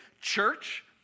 church